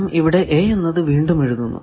നാം ഇവിടെ A എന്നത് വീണ്ടും എഴുതുന്നു